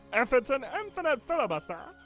if it's an infinite filibuster,